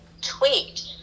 tweaked